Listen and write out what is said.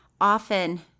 often